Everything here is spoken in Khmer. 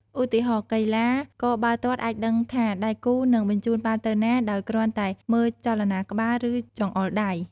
ឧទាហរណ៍ កីឡាករបាល់ទាត់អាចដឹងថាដៃគូនឹងបញ្ជូនបាល់ទៅណា ដោយគ្រាន់តែមើលចលនាក្បាល ឬចង្អុលដៃ។